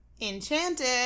Enchanted